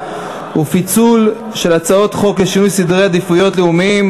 ופיצול של הצעת חוק לשינוי סדרי עדיפויות לאומיים